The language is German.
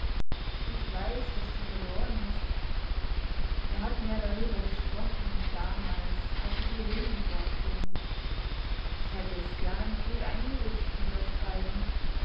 ich weiß was du verloren hast wir hatten ja darüber gesprochen damals als wir die rüben fortfuhren ich hätte es gern gut eingerichtet mit euch beiden